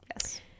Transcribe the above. Yes